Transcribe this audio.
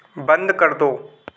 बंद कर दो